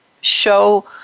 show